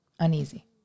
uneasy